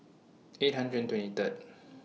eight hundred and twenty Third